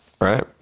right